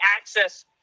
access